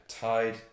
tied